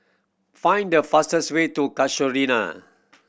find the fastest way to Casuarina